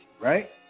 right